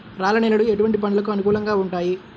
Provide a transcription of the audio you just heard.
రాళ్ల నేలలు ఎటువంటి పంటలకు అనుకూలంగా ఉంటాయి?